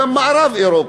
וגם מערב-אירופה.